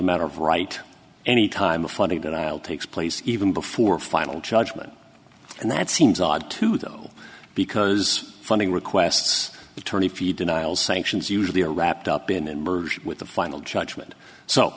a matter of right any time a funny that i'll takes place even before final judgement and that seems odd too though because funding requests attorney fee denials sanctions usually are wrapped up in an merge with the final judgment so